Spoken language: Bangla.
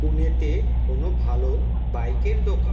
পুণেতে কোনো ভালো বাইকের দোকান